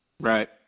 Right